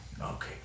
Okay